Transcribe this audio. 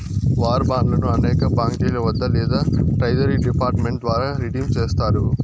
war బాండ్లను అనేక బాంకీల వద్ద లేదా ట్రెజరీ డిపార్ట్ మెంట్ ద్వారా రిడీమ్ చేస్తారు